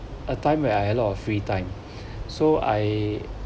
a time where I had a lot of free time so I